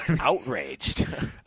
outraged